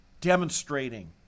demonstrating